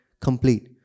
complete